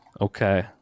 Okay